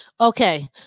Okay